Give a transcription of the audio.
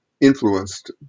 influenced